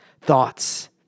thoughts